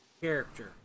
character